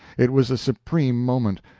it was a supreme moment!